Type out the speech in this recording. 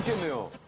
zero